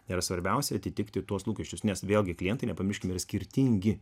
ir svarbiausia atitikti tuos lūkesčius nes vėlgi klientai nepamirškime yra skirtingi